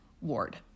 ward